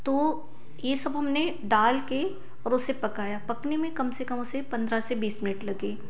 तो ये सब हमने डालके और उसे पकाया पकने में काम से कम उसे पंद्रह से बीस मिनट लगे